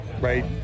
right